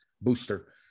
booster